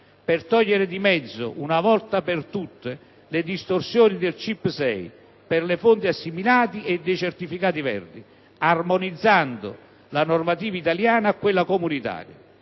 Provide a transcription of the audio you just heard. per togliere di mezzo una volta per tutte le distorsioni del CIP6 per le fonti assimilate e dei certificati verdi, armonizzando la normativa italiana a quella comunitaria.